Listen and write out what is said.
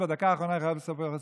בדקה האחרונה אני חייב לספר לך סיפור.